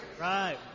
right